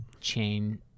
chain